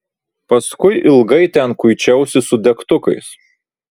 paskui ilgai ten kuičiausi su degtukais